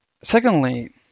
Secondly